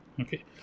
Okay